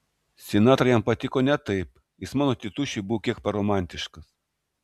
sinatra jam patiko ne taip jis mano tėtušiui buvo kiek per romantiškas